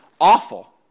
awful